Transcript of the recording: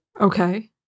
Okay